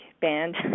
band